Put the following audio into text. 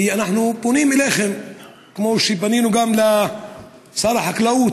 ואנחנו פונים אליכם כמו שפנינו גם לשר החקלאות,